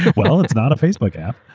well, it's not a facebook app.